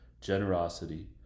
generosity